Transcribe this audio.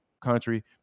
country